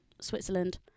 Switzerland